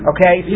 Okay